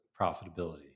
profitability